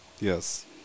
Yes